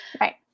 Right